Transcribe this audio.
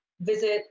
visit